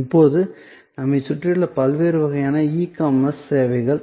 இப்போது நம்மைச் சுற்றியுள்ள பல்வேறு வகையான இ காமர்ஸ் சேவைகள்